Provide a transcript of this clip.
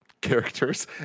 characters